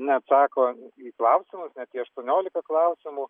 neatsako į klausimus apie aštuoniolika klausimų